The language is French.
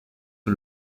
sur